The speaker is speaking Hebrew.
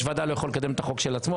ועדה לא יכול לקדם את החוק של עצמו,